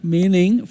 Meaning